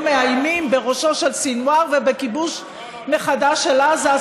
מאיימים בראשו של סנוואר ובכיבוש מחדש של עזה,